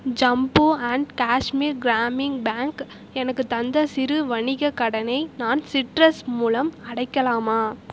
Jambu and Kashmir Gramin bank எனக்குத் தந்த சிறு வணிகக் கடனை நான் சிட்ரஸ் மூலம் அடைக்கலாமா